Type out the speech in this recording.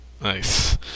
Nice